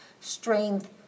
strength